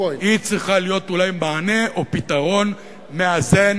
צריכה להיות אולי מענה או פתרון מאזן